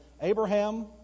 Abraham